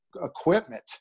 Equipment